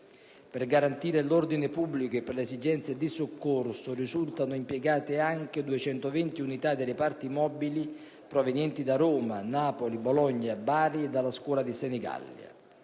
Per garantire l'ordine pubblico e per le esigenze di soccorso risultano anche impiegate 220 unità dei reparti mobili di Roma, Napoli, Bologna, Bari e della scuola di Senigallia.